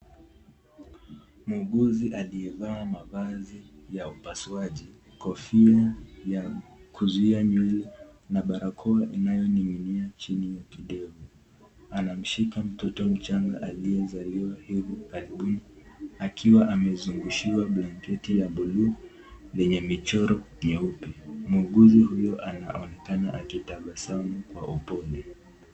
Muuguzi aliyevaa mavazi ya upasuaji; kofia ya kuzuia nywele na barakoa inayoning'inia chini ya kidevu. Anamshika mtoto mchanga aliyezaliwa hivi karibuni, akiwa amezungushiwa blanketi ya buluu, lenye michoro nyeupe. Muuguzi huyo anaeonekana akitabasamu kwa upole.